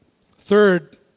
Third